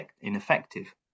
ineffective